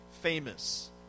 famous